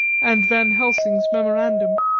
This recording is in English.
and van helsing's memorandum.